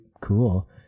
cool